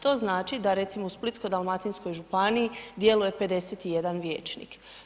To znači da recimo u Splitsko-dalmatinskoj županiji djeluje 51 vijećnik.